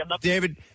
David